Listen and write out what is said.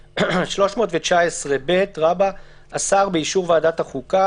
"הארכת התקופה הקובעת 319ב. השר באישור ועדת החוקה,